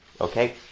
Okay